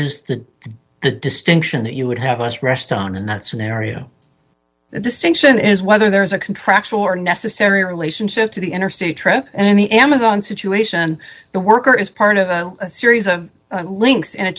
is the the distinction that you would have us rest on in that scenario the distinction is whether there is a contractual or necessary relationship to the interstate trip and in the amazon situation the worker is part of a series of links in a